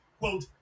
Quote